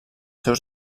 seus